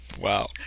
Wow